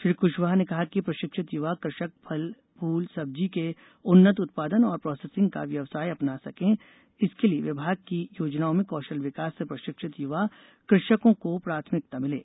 श्री क्शवाह कहा कि प्रशिक्षित युवा कृषक फल फूल सब्जी के उन्नत उत्पादन और प्रोसेसिंग का व्यवसाय अपना सके इसके लिए विभाग की योजनाओं में कौशल विकास से प्रशिक्षित युवा कृषकों को प्राथमिकता मिले